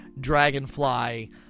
Dragonfly